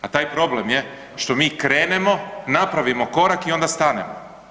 A taj problem je što mi krenemo napravimo korak i onda stanemo.